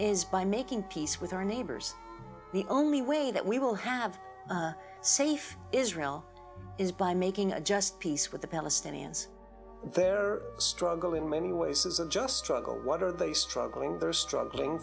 is by making peace with our neighbors the only way that we will have safe israel is by making a just peace with the palestinians their struggle in many ways is a just struggle what are they struggling they're struggling